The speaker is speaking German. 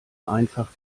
einfach